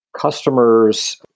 customers